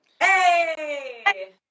hey